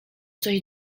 coś